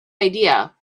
idea